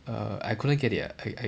err I couldn't get it ah I I